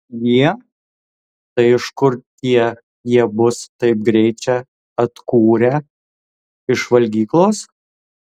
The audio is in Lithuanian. jie tai iš kur tie jie bus taip greit čia atkūrę iš valgyklos